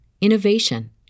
innovation